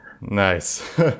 Nice